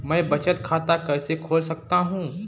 मैं बचत खाता कैसे खोल सकता हूँ?